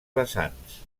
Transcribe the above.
vessants